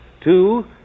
Two